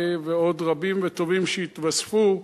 ועוד רבים וטובים שיתווספו,